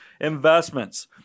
Investments